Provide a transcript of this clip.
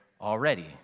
already